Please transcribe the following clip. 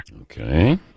Okay